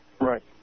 Right